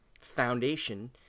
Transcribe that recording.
foundation